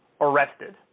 arrested